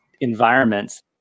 environments